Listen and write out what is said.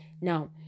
now